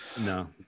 No